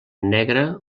negra